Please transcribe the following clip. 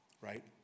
right